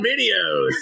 videos